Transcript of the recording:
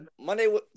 Monday